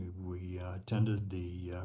we attended the